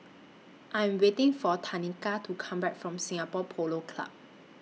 I Am waiting For Tanika to Come Back from Singapore Polo Club